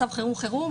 מצב חירום-חירום,